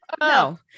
No